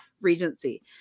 regency